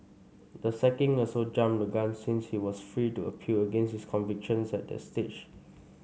the sacking also jumped the gun since he was free to appeal against his convictions at that stage